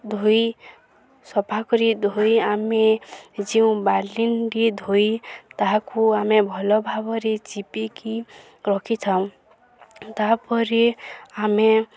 ଧୋଇ ସଫା କରି ଧୋଇ ଆମେ ଯେଉଁ ବାଲଟି ଧୋଇ ତାହାକୁ ଆମେ ଭଲ ଭାବରେ ଚିପୁଡ଼ିକି ରଖିଥାଉ ତାପରେ ଆମେ